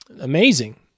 Amazing